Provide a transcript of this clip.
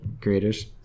creators